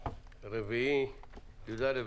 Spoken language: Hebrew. הכלכלה.